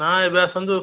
ନା ଏବେ ଆସନ୍ତୁ